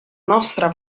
nostra